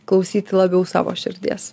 klausyti labiau savo širdies